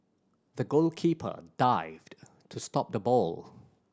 the goalkeeper dived to stop the ball